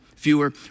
fewer